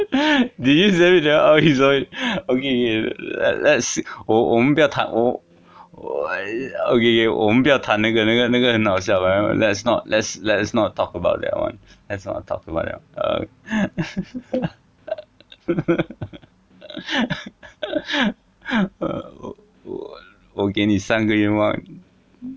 did you send me that [one] oh it's okay okay let's 我我们不要谈我 okay okay 我们不要谈那个那个那个很好笑 but then let's not let's let's not talk about that one let's not talk about that err 我给你三个愿望